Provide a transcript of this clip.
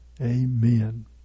Amen